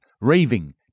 raving